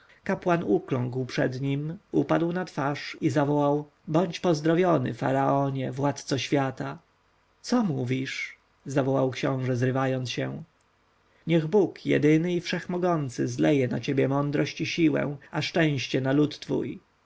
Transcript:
kapłan ukląkł przed nim upadł na twarz i zawołał bądź pozdrowiony faraonie władco świata co mówisz zawołał książę zrywając się niech bóg jedyny i wszechmocny zleje na ciebie mądrość i siłę a szczęście na lud twój